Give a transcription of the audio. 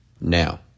Now